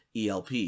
ELP